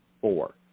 Four